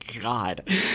God